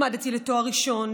למדתי לתואר ראשון,